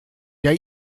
der